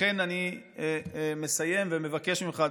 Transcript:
לכן אני מסיים ומבקש ממך,